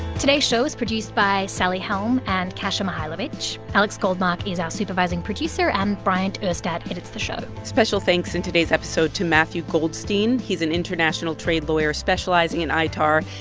today's show was produced by sally helm and kasha mihailovich. alex goldmark is our supervising producer. and bryant urstadt edits the show special thanks in today's episode to matthew goldstein. he's an international trade lawyer specializing in itar.